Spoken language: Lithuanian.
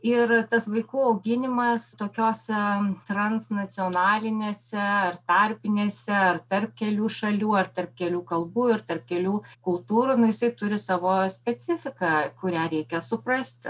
ir tas vaikų auginimas tokiose transnacionalinėse ar tarpinėse ar tarp kelių šalių ar tarp kelių kalbų ir tarp kelių kultūrų na jisai turi savo specifiką kurią reikia suprasti